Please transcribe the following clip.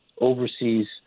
overseas